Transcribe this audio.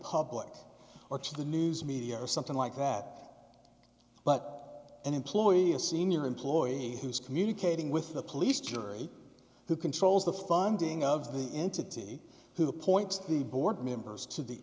public or to the news media or something like that but an employee a senior employee who is communicating with the police jury who controls the funding of the entity who appoints the board members to the